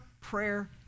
prayer